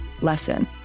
lesson